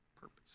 purpose